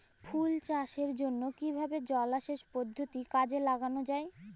ফুল চাষের জন্য কিভাবে জলাসেচ পদ্ধতি কাজে লাগানো যাই?